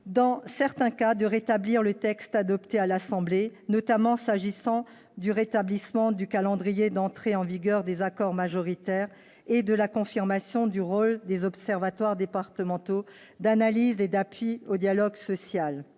dans certains cas, de rétablir le texte adopté à l'Assemblée nationale, notamment s'agissant du rétablissement du calendrier d'entrée en vigueur des accords majoritaires et de la confirmation du rôle des observatoires départementaux d'analyse et d'appui au dialogue social.